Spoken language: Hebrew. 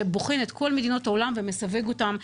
שבוחן את כל מדינות העולם ומסווג אותם.